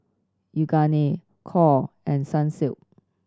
Yoogane Knorr and Sunsilk